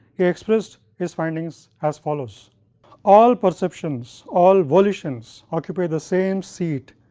he expressed his findings as follows all perceptions, all volitions occupy the same seat,